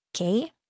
Okay